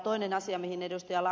toinen asia mihin ed